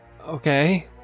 Okay